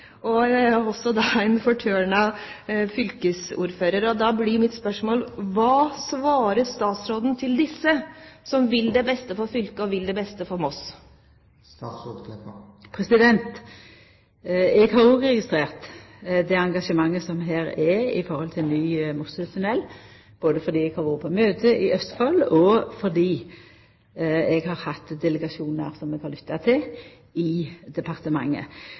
og også en fortørnet fylkesordfører. Da blir mitt spørsmål: Hva svarer statsråden disse, som vil det beste for fylket, og som vil det beste for Moss? Eg har òg registrert det engasjementet som er i forhold til ny tunnel gjennom Moss, både fordi eg har vore på møte i Østfold, og fordi eg har hatt delegasjonar i departementet som eg har lytta til.